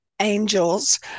angels